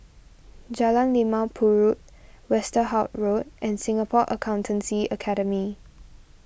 Jalan Limau Purut Westerhout Road and Singapore Accountancy Academy